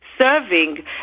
serving